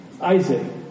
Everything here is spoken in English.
Isaac